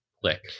click